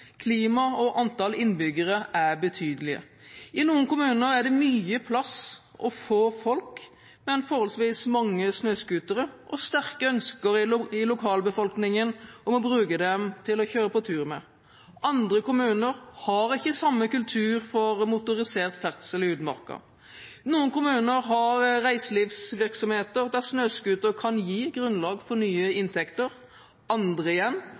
klima og antall innbyggere er betydelige. I noen kommuner er det mye plass og få folk, men forholdsvis mange snøscootere og sterke ønsker i lokalbefolkningen om å bruke dem til å kjøre på tur med. Andre kommuner har ikke den samme kultur for motorisert ferdsel i utmarka. Noen kommuner har reiselivsvirksomheter der snøscooter kan gi grunnlag for nye inntekter. Andre igjen